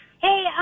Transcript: Hey